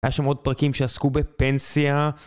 היה שם עוד פרקים שעסקו בפנסיה